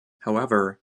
however